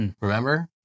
remember